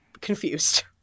confused